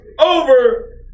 over